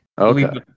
okay